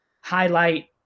highlight